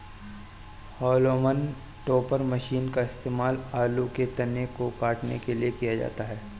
haulm topper machine का इस्तेमाल आलू के तने को काटने के लिए किया जाता है